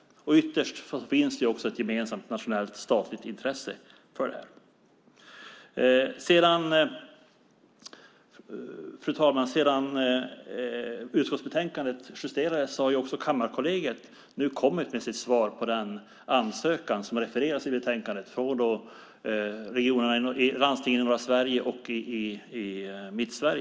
Ytterst finns det också ett gemensamt nationellt statligt intresse för det. Fru talman! Sedan utskottsbetänkandet justerades har Kammarkollegiet nu kommit med sitt svar på den ansökan från landstingen i norra Sverige och i Mittsverige som det refereras till i betänkandet.